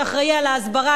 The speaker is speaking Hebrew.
שאחראי להסברה,